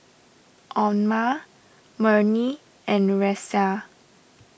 Omar Murni and Raisya